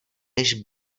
než